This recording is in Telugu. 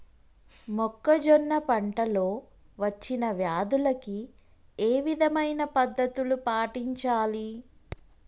మొక్కజొన్న పంట లో వచ్చిన వ్యాధులకి ఏ విధమైన పద్ధతులు పాటించాలి?